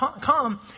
come